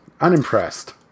unimpressed